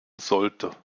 sollte